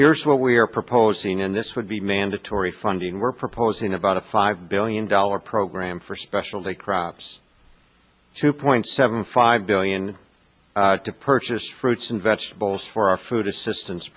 here's what we're proposing and this would be mandatory funding we're proposing about a five billion dollars program for specialty crops two point seven five billion to purchase fruits and vegetables for our food assistance